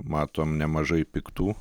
matom nemažai piktų